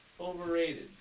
Overrated